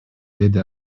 деди